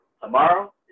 tomorrow